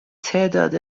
تعداد